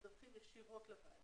מדווחים ישירות לוועדה.